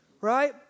Right